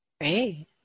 Great